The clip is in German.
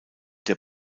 der